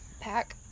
pack